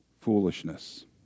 foolishness